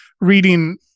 reading